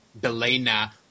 Belena